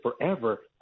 forever